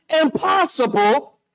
impossible